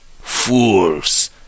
Fools